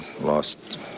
lost